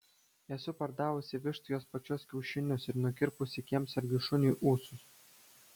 esu pardavusi vištai jos pačios kiaušinius ir nukirpusi kiemsargiui šuniui ūsus